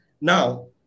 Now